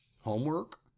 Homework